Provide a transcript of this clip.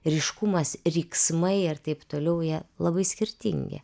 ryškumas riksmai ir taip toliau jie labai skirtingi